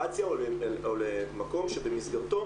לזה.